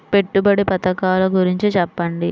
పెట్టుబడి పథకాల గురించి చెప్పండి?